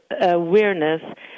awareness